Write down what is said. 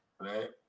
right